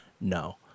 no